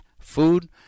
food